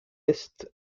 est